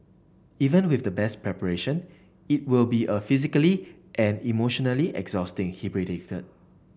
even with the best preparation it will be a physically and emotionally exhausting he predicted